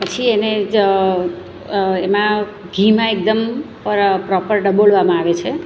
પછી એને જ એમાં ઘીમાં એકદમ પરા પ્રોપર ડબોળવામાં આવે છે